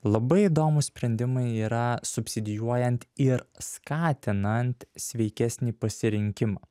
labai įdomūs sprendimai yra subsidijuojant ir skatinant sveikesnį pasirinkimą